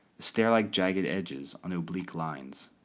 stair-like jagged edges on oblique lines.